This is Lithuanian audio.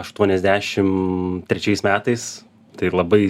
aštuoniasdešim trečiais metais tai labai